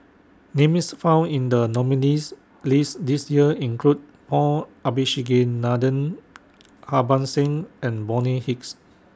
Names found in The nominees' list This Year include Paul Abisheganaden Harbans Singh and Bonny Hicks